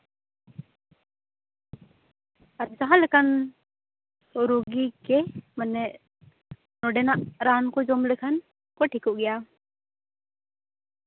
ᱟᱨ ᱡᱟᱦᱟᱸᱞᱮᱠᱟᱱ ᱨᱩᱜᱤ ᱜᱮ ᱢᱟᱱᱮ ᱱᱚᱸᱰᱮᱱᱟᱜ ᱨᱟᱱ ᱠᱚ ᱡᱚᱢ ᱞᱮᱠᱷᱟᱱ ᱠᱚ ᱴᱷᱤᱠᱚᱜ ᱜᱮᱭᱟ